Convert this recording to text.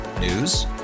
News